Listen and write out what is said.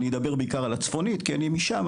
אני אדבר בעיקר על הצפונית, כי אני משם.